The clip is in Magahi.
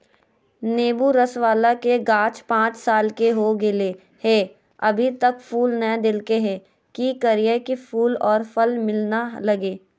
नेंबू रस बाला के गाछ पांच साल के हो गेलै हैं अभी तक फूल नय देलके है, की करियय की फूल और फल मिलना लगे?